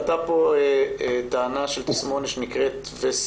עלתה פה טענה של תסמונת וסטיבולודיניה,